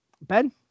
Ben